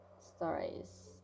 stories